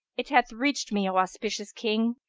it hath reached me, o auspicious king,